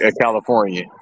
California